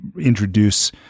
introduce